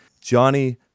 Johnny